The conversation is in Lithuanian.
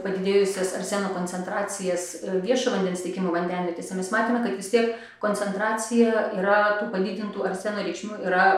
padidėjusias arseno koncentracijas viešo vandens tiekimo vandenvietėse mes matėme kad vis tiek koncentracija yra padidintų arseno reikšmių yra